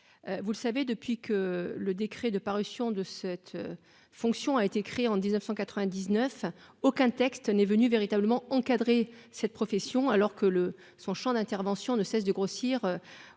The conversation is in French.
Vous le savez, depuis que le décret de parution de cette. Fonction a été créée en 1999, aucun texte n'est venu véritablement encadrer cette profession alors que le son Champ d'intervention ne cesse de grossir